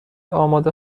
آماده